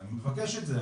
ואני מבקש את זה,